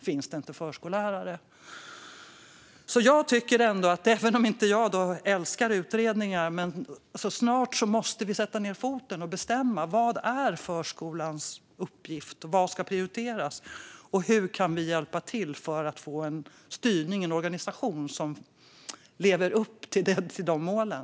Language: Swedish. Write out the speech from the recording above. Även om jag inte älskar utredningar tycker jag att vi snart måste sätta ned foten och bestämma vad som är förskolans uppgift, vad som ska prioriteras och hur vi kan hjälpa till för att få en organisation som lever upp till målen.